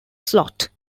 slot